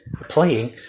playing